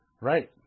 Right